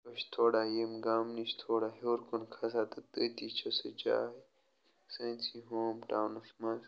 أسۍ چھِ تھوڑا ییٚمہِ گامہٕ نِش تھوڑا ہیوٚر کُن کھَسان تہٕ تٔتی چھِ سۄ جاے سٲنسٕ ہوم ٹاونَس منٛز